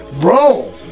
Bro